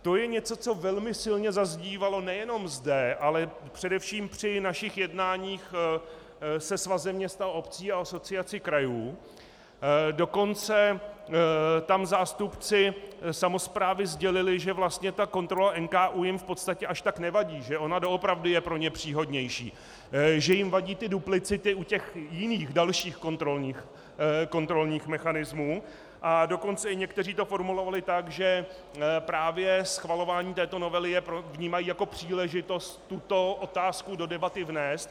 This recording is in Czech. To je něco, co velmi silně zaznívalo nejenom zde, ale především při našich jednáních se Svazem měst a obcí a Asociací krajů, dokonce tam zástupci samosprávy sdělili, že kontrola NKÚ jim v podstatě až tak nevadí, že ona doopravdy je pro ně příhodnější, že jim vadí duplicity u jiných, dalších kontrolních mechanismů, a dokonce i někteří to formulovali tak, že právě schvalování této novely vnímají jak příležitost tuto otázku do debaty vnést.